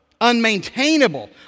unmaintainable